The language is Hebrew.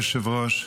אדוני היושב-ראש,